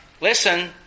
listen